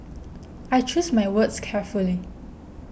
I choose my words carefully